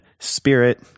Spirit